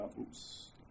Oops